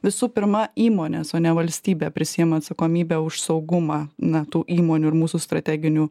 visų pirma įmonės o ne valstybė prisiėma atsakomybę už saugumą na tų įmonių ir mūsų strateginių